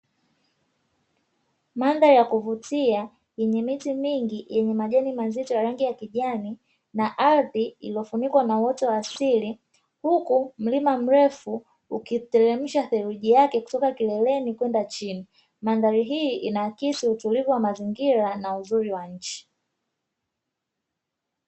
Mandhari ya kuvutia yenye miti mingi ya rangi ya kijani, na ardhi iliyofunikwa na uoto wa asili, huku mlima mrefu ukitelemsha seruji yake kutoka kileleni kwenda chini. Mandhari hii inaakisi utulivu wa mazingira na uzuri wa nchi.